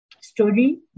story